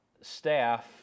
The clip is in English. staff